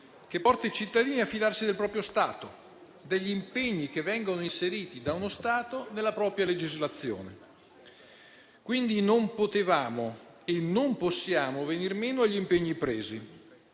che porta i cittadini a fidarsi del proprio Stato, degli impegni che vengono inseriti da uno Stato nella propria legislazione. Pertanto non potevamo e non possiamo venir meno agli impegni presi.